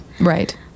Right